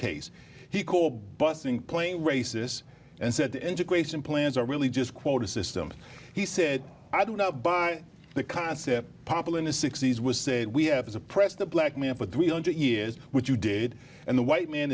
case he called busing plain racists and said integration plans are really just quota system he said i do not buy the concept popular in the sixty's was said we have to suppress the black man for three hundred years which you did and the white man